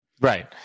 Right